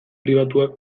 pribatuak